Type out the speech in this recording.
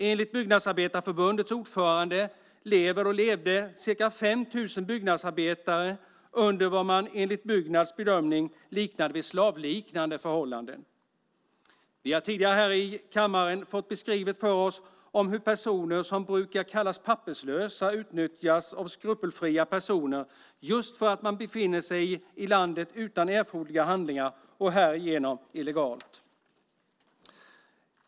Enligt Byggnadsarbetareförbundets ordförande lever ca 5 000 byggnadsarbetare under vad man enligt Byggnads bedömning liknade vid slavliknande förhållanden. Vi har tidigare här i kammaren fått beskrivet för oss hur personer som brukar kallas papperslösa utnyttjas av skrupelfria personer just för att man befinner sig i landet utan erforderliga handlingar och härigenom illegalt.